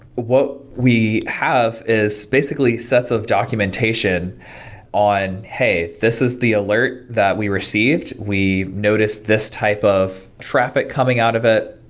what we have is basically sets of documentation on hey, this is the alert that we received. we noticed this type of traffic coming out of it,